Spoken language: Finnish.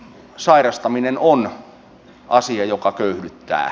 sairastaminen on asia joka köyhdyttää